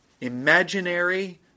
imaginary